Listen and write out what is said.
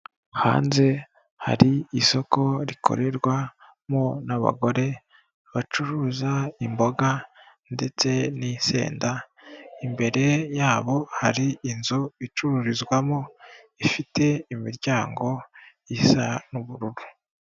Hanze hari isoko rikorerwamo n'abagore bacuruza imboga ndetse n'itsenda, imbere yabo hari inzu icururizwamo ifite imiryango isa n'ubururu.